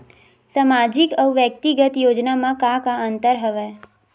सामाजिक अउ व्यक्तिगत योजना म का का अंतर हवय?